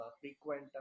frequent